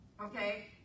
Okay